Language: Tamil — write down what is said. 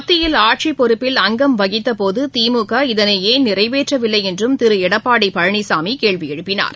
மத்தியில் ஆட்சிப்பொறுப்பில் அங்கம் வகித்தபோதுதிமுக இதனைஏன் நிறைவேற்றவில்லைஎன்றும் திருளடப்பாடிபழனிசாமிகேள்விஎழுப்பினார்